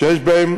שיש בהם